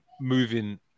moving